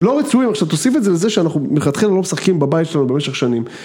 לא רצויים, עכשיו תוסיף את זה לזה שאנחנו מלכתחילה לא משחקים בבית שלנו במשך שנים.